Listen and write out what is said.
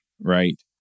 right